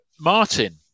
Martin